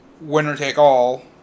winner-take-all